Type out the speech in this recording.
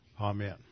Amen